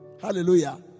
Hallelujah